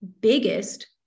biggest